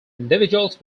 individuals